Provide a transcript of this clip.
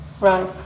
Right